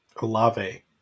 Olave